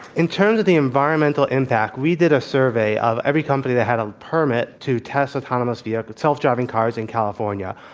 in terms of the environmental impact, we did a survey of every company that had a permit to test autonomous vehicle self-driving cars in california.